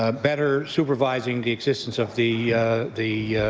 ah better supervising the existence of the the